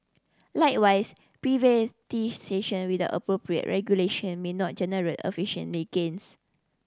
likewise privatisation without appropriate regulation may not generate efficiently gains